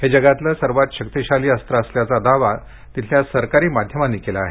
हे जगातील सर्वांत शक्तिशाली अस्त्र असल्याचा दावा तिथल्या सरकारी माध्यमांनी केला आहे